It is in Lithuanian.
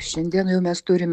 šiandien jau mes turim